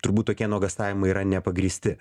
turbūt tokie nuogąstavimai yra nepagrįsti